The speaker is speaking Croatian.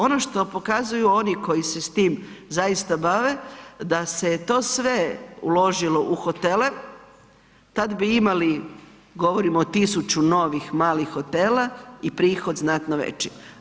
Ono što pokazuju oni koji se s tim bave da se to sve uložilo u hotele, tad bi imali, govorimo o 1000 novih malih hotela i prihod znatno veći.